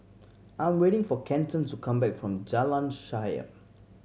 I am waiting for Kenton to come back from Jalan Shaer